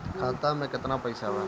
खाता में केतना पइसा बा?